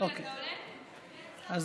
אז